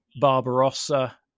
Barbarossa